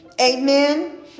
amen